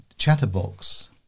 chatterbox